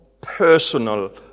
personal